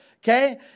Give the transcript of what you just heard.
Okay